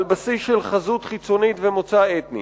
על בסיס של חזות חיצונית ומוצא אתני.